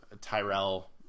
tyrell